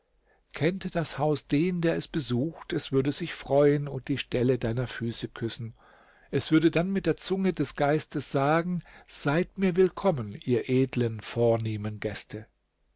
kennte das haus den der es besucht es würde sich freuen und die stelle deiner füße küssen es würde dann mit der zunge des geistes sagen seid mir willkommen ihr edlen vornehmen gäste